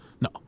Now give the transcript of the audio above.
No